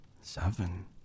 Seven